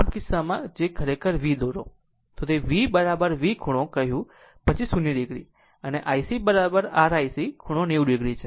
આમ આ કિસ્સામાં જો ખરેખર V દોરો તો મેં V V ખૂણો કહ્યું પછી 0 o અને IC r IC ખૂણો 90 o છે